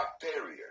bacteria